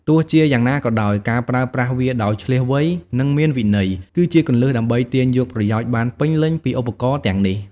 ទោះជាយ៉ាងណាក៏ដោយ ការប្រើប្រាស់វាដោយឈ្លាសវៃ និងមានវិន័យ គឺជាគន្លឹះដើម្បីទាញយកប្រយោជន៍បានពេញលេញពីឧបករណ៍ទាំងនេះ។